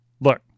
look